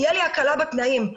תהיה לי הקלה בתנאים.